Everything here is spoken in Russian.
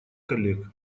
коллег